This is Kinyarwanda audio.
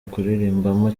kuririmbamo